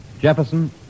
Jefferson